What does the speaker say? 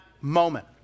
moment